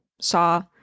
saw